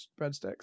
breadsticks